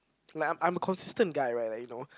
like I'm I'm a consistent guy right like you know